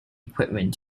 equipment